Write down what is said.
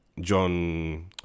John